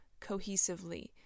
cohesively